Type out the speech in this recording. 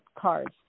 cards